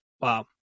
Wow